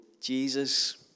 Jesus